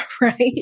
right